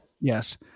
Yes